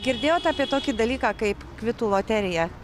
girdėjote apie tokį dalyką kaip kvitų loterija